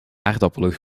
aardappelen